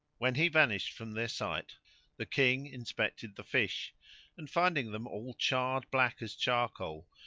when he vanished from their sight the king inspected the fish and finding them all charred black as charcoal,